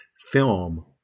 film